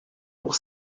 pour